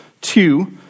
two